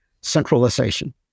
centralization